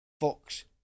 Fox